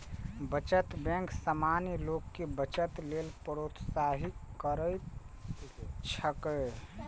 बचत बैंक सामान्य लोग कें बचत लेल प्रोत्साहित करैत छैक